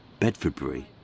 Bedfordbury